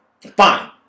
fine